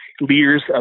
leaders